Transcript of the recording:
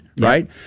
right